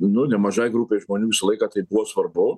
nu nemažai grupei žmonių visą laiką tai buvo svarbu